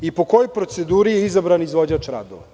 Po kojoj proceduri je izabran izvođač radova?